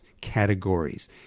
categories